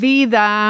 Vida